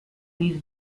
these